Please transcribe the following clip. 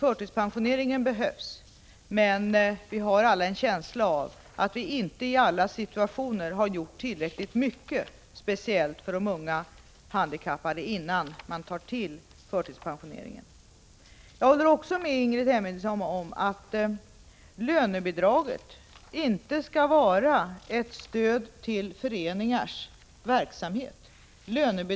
Förtidspensioneringen behövs, men vi har alla en känsla av att vi inte i varje situation har gjort tillräckligt mycket, speciellt för de unga handikappade, innan vi tar till förtidspensionering. Jag håller också med Ingrid Hemmingsson om att lönebidraget inte skall vara ett stöd för föreningars verksamhet.